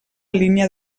línia